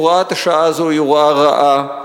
הוראת השעה הזו היא הוראה רעה,